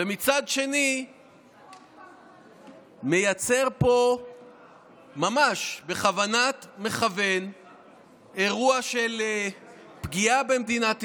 ומצד שני מייצר פה ממש בכוונת מכוון אירוע של פגיעה במדינת ישראל,